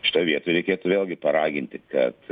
šitoj vietoj reikėtų vėlgi paraginti kad